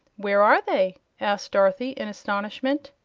where are they? asked dorothy, in astonishment.